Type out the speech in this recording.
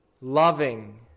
loving